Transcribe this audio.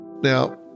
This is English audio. Now